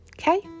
okay